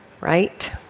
right